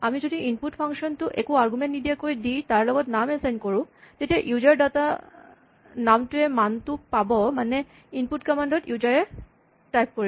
আমি যদি input function টো একো আৰগুমেন্ট নিদিয়াকৈ দি তাৰ লগত নাম এচাইন কৰোঁ তেতিয়া ইউজাৰ ডাটা নামটোৱে মানটো পাব মানে ইনপুট কমান্ড ত ইউজাৰ এ টাইপ কৰিব